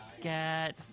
Get